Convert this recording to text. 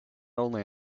only